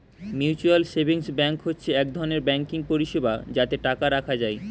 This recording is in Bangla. মিউচুয়াল সেভিংস ব্যাঙ্ক হচ্ছে এক ধরনের ব্যাঙ্কিং পরিষেবা যাতে টাকা রাখা যায়